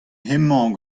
hemañ